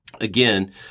again